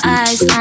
eyes